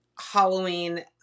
Halloween